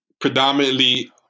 predominantly